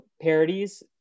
parodies